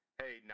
hey